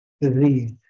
disease